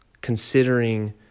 considering